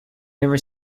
never